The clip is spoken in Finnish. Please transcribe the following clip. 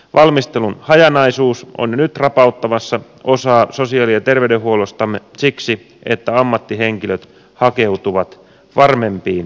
valmistelun hajanaisuus on nyt rapauttamassa osaa sosiaali ja terveydenhuollostamme siksi että ammattihenkilöt hakeutuvat varmempiin työpaikkoihin